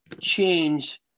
change